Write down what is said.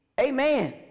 Amen